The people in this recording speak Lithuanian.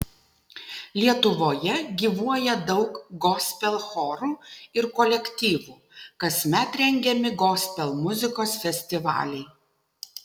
lietuvoje gyvuoja daug gospel chorų ir kolektyvų kasmet rengiami gospel muzikos festivaliai